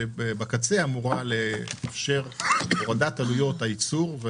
שאמורה לאפשר הורדת עלויות הייצור.